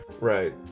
right